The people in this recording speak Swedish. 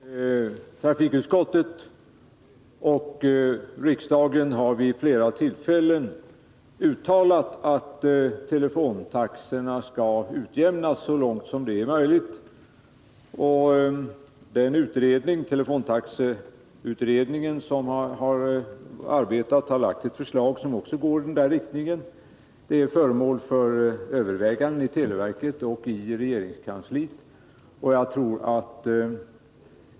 Herr talman! Trafikutskottet och riksdagen har vid flera tillfällen uttalat att telefontaxorna skall utjämnas så långt som detta är möjligt. Telefontaxeutredningen har också lagt fram ett förslag som går i denna riktning. Det förslaget är nu föremål för överväganden inom televerket och i regeringskansliet.